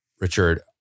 Richard